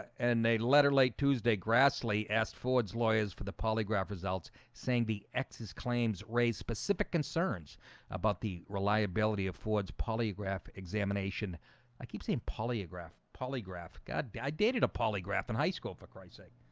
and they let her late tuesday. grassley asked ford's lawyers for the polygraph results saying the exes claims raised specific concerns about the reliability of ford's polygraph examination i keep seeing polygraph polygraph god. i dated a polygraph in high school for chrissake.